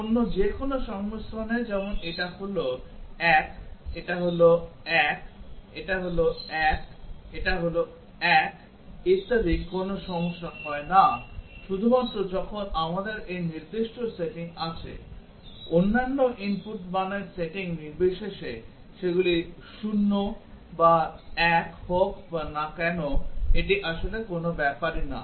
অন্য যে কোন সংমিশ্রণে যেমন এটা হল এক এটা হল এক এটা হল এক এটা হল এক ইত্যাদি কোন সমস্যা হয় না শুধুমাত্র যখন আমাদের এই নির্দিষ্ট সেটিং আছে অন্যান্য input মানের সেটিং নির্বিশেষে সেগুলি 0 বা 1 হোক না কেন এটি আসলে কোন ব্যাপার না